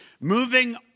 moving